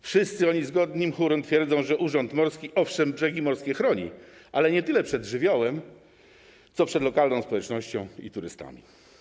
Wszyscy oni zgodnym chórem twierdzą, że urząd morski, owszem, brzegi morskie chroni, ale nie tyle przed żywiołem, co przed lokalną społecznością i turystami.